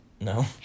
No